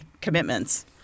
commitments